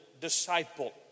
disciple